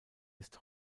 ist